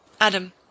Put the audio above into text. Adam